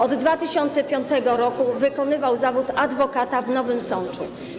Od 2005 r. wykonywał zawód adwokata w Nowym Sączu.